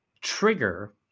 trigger